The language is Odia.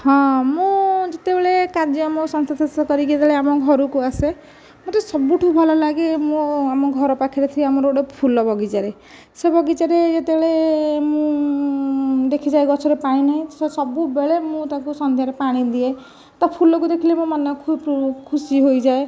ହଁ ମୁଁ ଯେତେବେଳେ କାର୍ଯ୍ୟ ମୋ ଶେଷ କରିକି ଯେତେବେଳେ ଆମ ଘରକୁ ଆସେ ମୋତେ ସବୁଠୁ ଭଲ ଲାଗେ ମୋ ଆମ ଘର ପାଖରେ ଥିବା ମୋର ଗୋଟିଏ ଫୁଲ ବଗିଚାରେ ସେ ବଗିଚାରେ ଯେତେବେଳେ ମୁଁ ଦେଖିଥାଏ ଗଛରେ ପାଣି ନାହିଁ ସବୁବେଳେ ମୁଁ ତାକୁ ସନ୍ଧ୍ୟାରେ ପାଣି ଦିଏ ତା ଫୁଲକୁ ଦେଖିଲେ ମୋ ମନ ଖୁସି ହୋଇଯାଏ